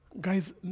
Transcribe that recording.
Guys